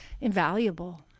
invaluable